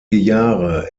jahre